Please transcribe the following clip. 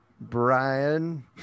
Brian